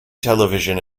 television